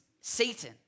Satan